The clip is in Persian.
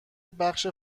بخش